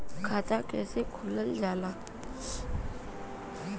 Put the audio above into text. खाता कैसे खोलल जाला?